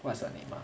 what's her name ah